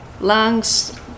lungs